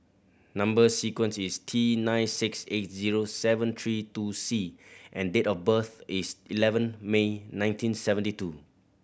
number sequence is T nine six eight zero seven three two C and date of birth is eleven May nineteen seventy two